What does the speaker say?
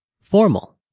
formal